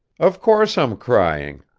of course i'm crying.